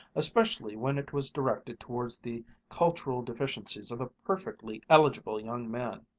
especially when it was directed towards the cultural deficiencies of a perfectly eligible young man.